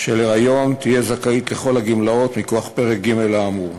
של היריון תהיה זכאית לכל הגמלאות מכוח פרק ג' האמור.